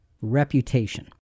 reputation